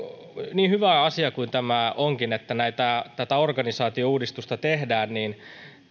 niin hyvä asia kuin tämä onkin että organisaatiouudistusta tehdään